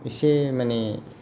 एसे मानि